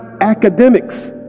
academics